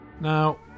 Now